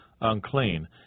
unclean